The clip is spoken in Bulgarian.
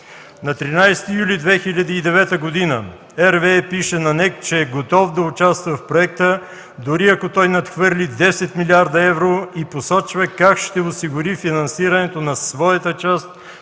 На 13 юли 2009 г. RWE пише на НЕК, че е готов да участва в проекта, дори ако той надхвърли 10 млрд. евро, и посочва как ще осигури финансирането на своята част